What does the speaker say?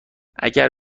اگر